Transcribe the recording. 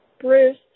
Bruce